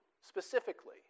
specifically